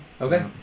Okay